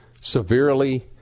severely